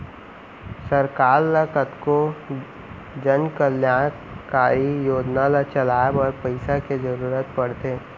सरकार ल कतको जनकल्यानकारी योजना ल चलाए बर पइसा के जरुरत पड़थे